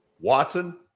Watson